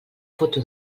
foto